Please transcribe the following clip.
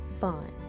fun